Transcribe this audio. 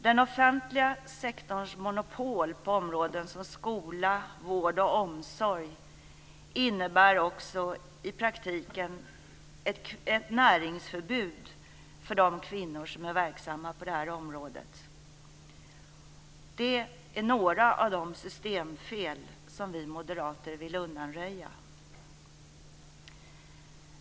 Den offentliga sektorns monopol på områden som skola, vård och omsorg innebär också i praktiken ett näringsförbud för de kvinnor som är verksamma på detta område. Det är några av de systemfel som vi moderater vill undanröja.